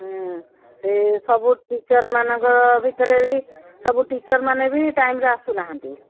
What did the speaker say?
ହଁ ସେ ସବୁ ଟିଚର୍ମାନଙ୍କ ଭିତରେ ବି ସବୁ ଟିଚର୍ମାନେ ବି ଟାଇମରେେ ଆସୁନାହାନ୍ତି